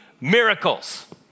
miracles